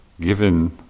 given